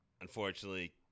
unfortunately